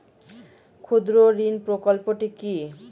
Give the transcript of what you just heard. ক্ষুদ্রঋণ প্রকল্পটি কি?